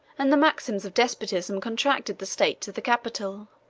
and the maxims of despotism contracted the state to the capital,